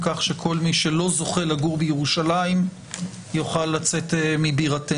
כך שכל מי שלא זוכה לגור בירושלים יוכל לצאת מבירתנו.